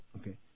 Okay